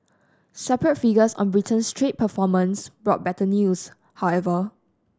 separate figures on Britain's trade performance brought better news however